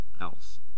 else